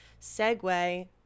segue